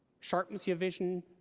sharpens your vision,